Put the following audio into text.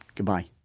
goodbye